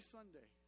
Sunday